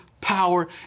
power